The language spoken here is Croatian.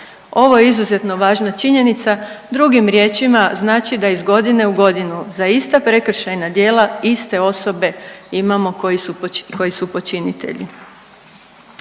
Ovo je izuzeto važna činjenica, drugim riječima, znači da iz godine u godinu za ista prekršajna djela iste osobe imamo koji su počinitelji.